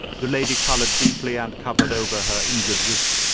the lady coloured deeply and covered over her injured wrist.